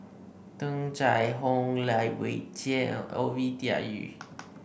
Tung Chye Hong Lai Weijie Ovidia Yu